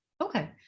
Okay